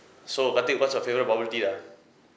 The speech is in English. so kah teck what's your favourite bubble ah